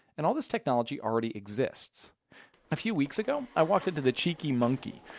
and all this technology already exists a few weeks ago i walked into the cheeky monkey,